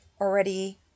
already